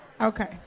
Okay